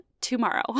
tomorrow